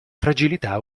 fragilità